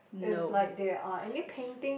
is like there are any painting